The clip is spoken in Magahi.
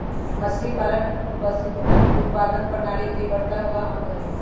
मछलीपालन पशुधन उत्पादन प्रणाली के बढ़ता हुआ अंग हई